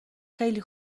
خیلی